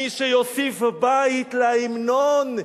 מי שיוסיף בית להמנון,